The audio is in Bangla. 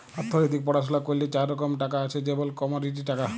অথ্থলিতিক পড়াশুলা ক্যইরলে চার রকম টাকা আছে যেমল কমডিটি টাকা